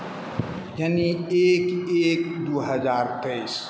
जन एक एक दू हजार तेइस